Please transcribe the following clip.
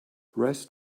rest